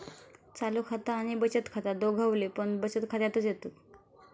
चालू खाता आणि बचत खाता दोघवले पण बचत खात्यातच येतत